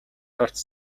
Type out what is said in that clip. харц